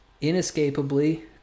inescapably